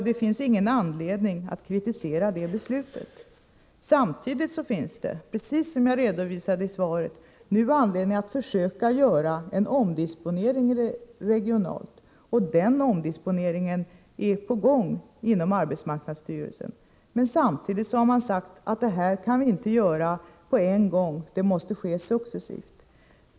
Det finns ingen anledning att kritisera det beslutet. Samtidigt finns det, precis som jag redovisade i svaret, nu anledning att försöka göra en omdisponering regionalt. Den omdisponeringen är på gång inom arbetsmarknadsstyrelsen. Men samtidigt har man sagt att detta inte går att göra på en gång, det måste ske successivt.